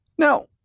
Now